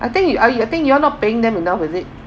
I think you I think you all not paying them enough is it